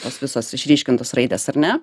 tos visos išryškintos raidės ar ne